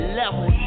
level